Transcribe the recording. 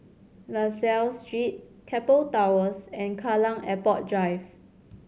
La Salle Street Keppel Towers and Kallang Airport Drive